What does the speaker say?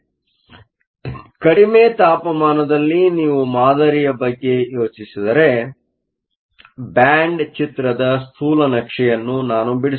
ಆದ್ದರಿಂದ ಕಡಿಮೆ ತಾಪಮಾನದಲ್ಲಿ ನೀವು ಮಾದರಿಯ ಬಗ್ಗೆ ಯೋಚಿಸಿದರೆ ಬ್ಯಾಂಡ್ ಚಿತ್ರದ ಸ್ಥೂಲ ನಕ್ಷೆಯನ್ನು ನಾನು ಬಿಡಿಸುತ್ತೇನೆ